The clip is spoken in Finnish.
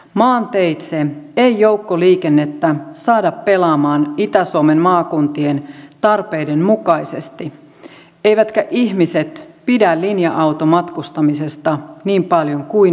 maanteitse ei joukkoliikennettä saada pelaamaan itä suomen maakuntien tarpeiden mukaisesti eivätkä ihmiset pidä linja automatkustamisesta niin paljon kuin junista